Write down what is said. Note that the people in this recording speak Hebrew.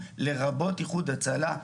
לרבות איחוד הצלה,